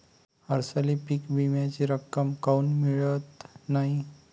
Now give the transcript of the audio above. हरसाली पीक विम्याची रक्कम काऊन मियत नाई?